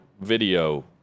video